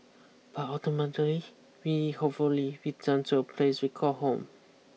but ultimately we hopefully return to a place we call home